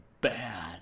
bad